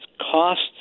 costs